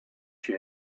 she